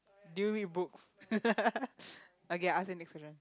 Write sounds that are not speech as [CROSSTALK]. do you read books [LAUGHS] okay ask you the next question